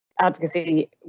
advocacy